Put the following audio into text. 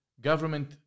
Government